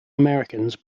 americans